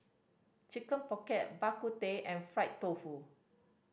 Chicken Pocket Bak Kut Teh and fried tofu